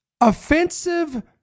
offensive